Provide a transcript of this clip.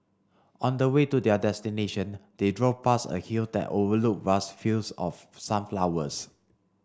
on the way to their destination they drove past a hill that overlooked vast fields of sunflowers